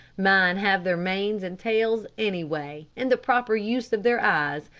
mine have their manes and tails anyway, and the proper use of their eyes,